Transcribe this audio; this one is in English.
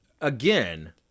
again